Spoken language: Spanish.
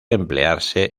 emplearse